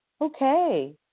Okay